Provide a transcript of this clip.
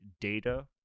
data